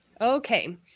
okay